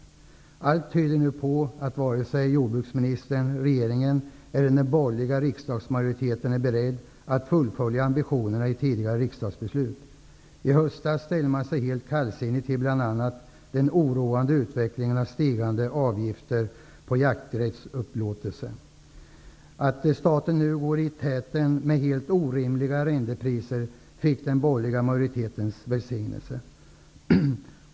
Allt tyder nu på att varken regeringen eller den borgerliga riksdagsmajoriteten är beredd att fullfölja ambitionerna att möjliggöra rimliga jakträttsupplåtelser. I höstas ställde man sig helt kallsinnig till bl.a. den oroande utvecklingen av stigande avgifter på jakträttsupplåtelser. Att staten nu går i täten med helt orimliga arrendepriser fick den borgerliga majoritetens välsignelse.